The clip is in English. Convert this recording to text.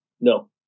No